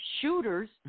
shooters